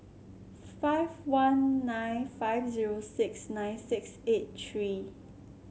five one nine five zero six nine six eight three